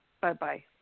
Bye-bye